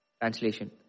Translation